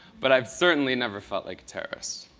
but i've certainly never felt like a terrorist.